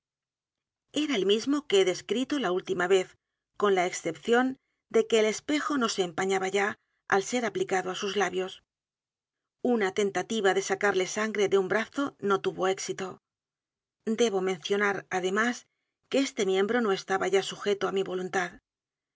era el mismo que he descrito la última vez con la excepción de que el espejo no se empañaba ya al ser aplicado á sus labios una tentativa de sacarle sangre de u n brazo no tuvo éxito debo mencionar además que este miembro no estaba ya sujeto á mi voluntad